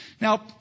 Now